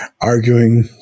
arguing